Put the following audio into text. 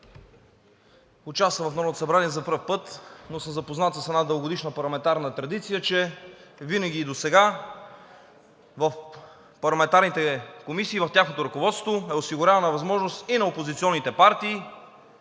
Участвам в Народното събрание за първи път, но съм запознат с една дългогодишна парламентарна традиция, че винаги и досега в парламентарните комисии, в тяхното ръководство е осигурявана възможност и на опозиционните партии